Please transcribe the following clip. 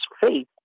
faith